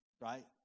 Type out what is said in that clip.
right